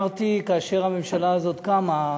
אני אמרתי, כאשר הממשלה הזאת קמה,